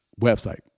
website